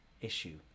issue